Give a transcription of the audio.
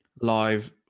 live